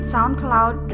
SoundCloud